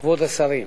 כבוד השרים,